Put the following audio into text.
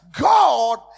God